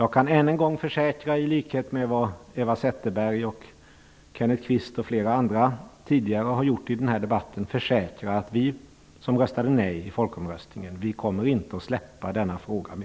Jag kan än en gång försäkra, i likhet med vad Eva Zetterberg, Kenneth Kvist och flera andra tidigare har gjort i den här debatten, att vi som röstade nej i folkomröstningen inte kommer att släppa denna fråga.